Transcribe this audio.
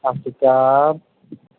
ਸਤਿ ਸ਼੍ਰੀ ਅਕਾਲ